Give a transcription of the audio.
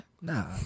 Nah